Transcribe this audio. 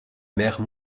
mère